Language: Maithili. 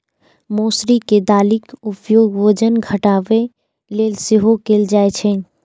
मौसरी के दालिक उपयोग वजन घटाबै लेल सेहो कैल जाइ छै